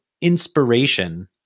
inspiration